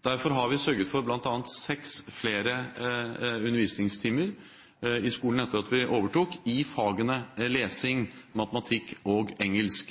Derfor har vi etter at vi overtok, sørget for bl.a. seks flere undervisningstimer i skolen, i fagene lesing, matematikk og engelsk.